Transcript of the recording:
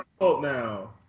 now